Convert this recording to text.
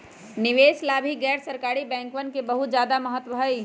निवेश ला भी गैर सरकारी बैंकवन के बहुत ज्यादा महत्व हई